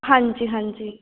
ਹਾਂਜੀ ਹਾਂਜੀ